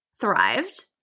thrived